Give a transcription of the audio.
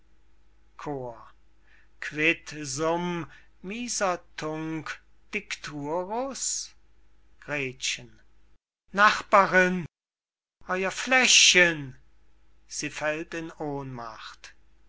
tunc dicturus gretchen nachbarin euer fläschchen sie fällt in ohnmacht